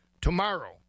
tomorrow